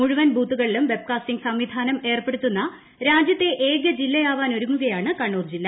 മുഴുവൻ ബൂത്തുകളിലും വെബ്കാസ്റ്റിംഗ് സംവിധാനം ഏർപ്പെടുത്തുന്ന രാജ്യത്തെ ഏക ജില്ലയാവാനൊരുങ്ങുകയാണ് കണ്ണൂർ ജില്ല